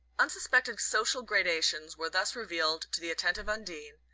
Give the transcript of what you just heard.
unsuspected social gradations were thus revealed to the attentive undine,